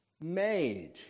made